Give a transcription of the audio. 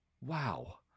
Wow